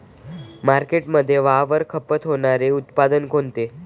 मार्केटमध्ये वारंवार खपत होणारे उत्पादन कोणते?